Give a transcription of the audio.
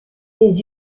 des